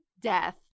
death